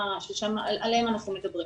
עליהם אנחנו מדברים.